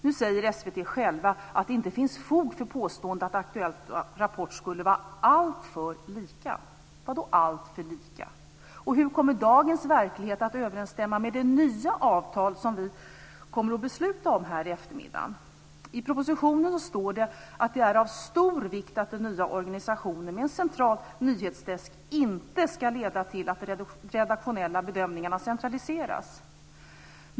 Nu säger SVT självt att det inte finns fog för påståendet att Aktuellt och Rapport skulle vara alltför lika - vadå alltför lika? Och hur kommer dagens verklighet att överensstämma med det nya avtal som vi kommer att besluta om här i eftermiddag? I propositionen står det att det är av stor vikt att den nya organisationen med en central nyhets-desk inte ska leda till att de redaktionella bedömningarna centraliseras.